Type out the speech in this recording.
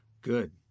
Good